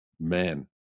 men